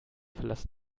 verlassen